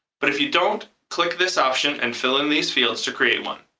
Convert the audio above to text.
but if you don't, click this option and fill in these fields to create one.